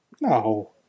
No